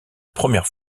première